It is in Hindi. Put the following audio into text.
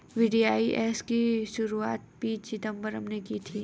वी.डी.आई.एस की शुरुआत पी चिदंबरम ने की थी